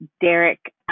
Derek